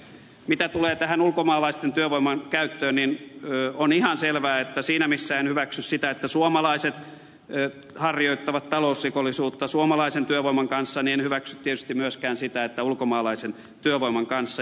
mitä tulee tähän ulkomaalaisen työvoiman käyttöön niin on ihan selvää että siinä missä en hyväksy sitä että suomalaiset harjoittavat talousrikollisuutta suomalaisen työvoiman kanssa en hyväksy tietysti myöskään sitä että näin tehdään ulkomaalaisen työvoiman kanssa